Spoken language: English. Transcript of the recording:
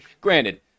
granted